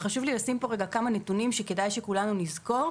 אז חשוב לי לשים פה רגע כמה נתונים שכדאי שכולנו נזכור.